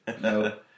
no